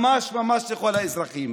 ממש ממש לכל האזרחים.